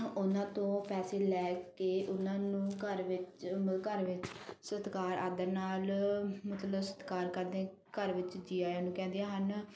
ਉਹਨਾਂ ਤੋਂ ਪੈਸੇ ਲੈ ਕੇ ਉਹਨਾਂ ਨੂੰ ਘਰ ਵਿੱਚ ਘਰ ਵਿੱਚ ਸਤਿਕਾਰ ਆਦਰ ਨਾਲ ਮਤਲਬ ਸਤਿਕਾਰ ਕਰਦੇ ਘਰ ਵਿੱਚ ਜੀ ਆਇਆ ਨੂੰ ਕਹਿੰਦੀਆਂ ਹਨ